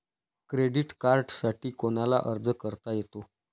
Credit कार्डसाठी कोणाला अर्ज करता येतो?